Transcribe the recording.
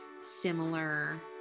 similar